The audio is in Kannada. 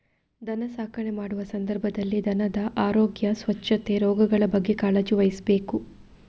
ದನ ಸಾಕಣೆ ಮಾಡುವ ಸಂದರ್ಭದಲ್ಲಿ ದನದ ಆರೋಗ್ಯ, ಸ್ವಚ್ಛತೆ, ರೋಗಗಳ ಬಗ್ಗೆ ಕಾಳಜಿ ವಹಿಸ್ಬೇಕು